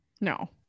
No